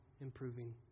Improving